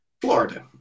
Florida